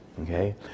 Okay